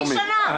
כרגע מן הממשלה.